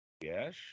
Yes